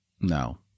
No